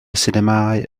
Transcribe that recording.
sinemâu